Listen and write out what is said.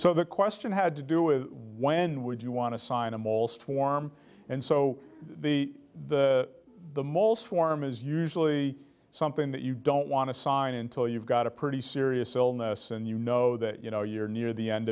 so the question had to do with why when would you want to sign a mall's form and so the the the mall's form is usually something that you don't want to sign until you've got a pretty serious illness and you know that you know you're near the end